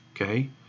Okay